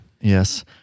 Yes